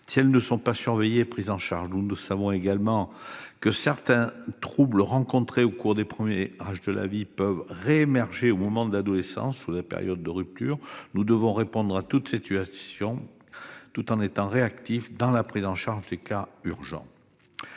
si elles ne sont pas surveillées et prises en charge. Nous savons également que certains troubles rencontrés au cours des premiers âges de la vie peuvent réémerger au moment de l'adolescence ou lors de périodes de rupture. Nous devons répondre à toutes les situations, tout en étant réactifs dans la prise en charge des cas urgents.